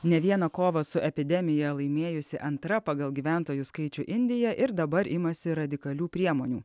ne vieną kovą su epidemija laimėjusi antra pagal gyventojų skaičių indija ir dabar imasi radikalių priemonių